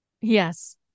Yes